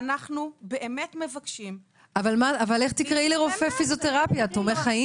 ואנחנו באמת מבקשים --- אבל איך תקראי לרופא פיזיותרפיה תומך חיים?